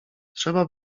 trzeba